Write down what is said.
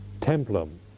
templum